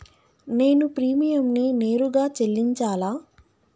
నేను ప్రీమియంని నేరుగా చెల్లించాలా?